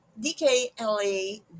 DKLA